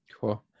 Cool